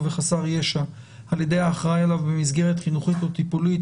בחסר ישע על ידי האחראי עליו במסגרת חינוכית או טיפולית),